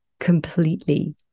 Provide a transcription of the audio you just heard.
completely